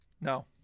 no